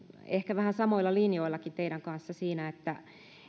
ehkä vähän samoilla linjoillakin teidän kanssanne siinä että